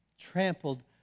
trampled